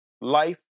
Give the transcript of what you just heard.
life